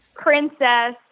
princess